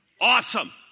Awesome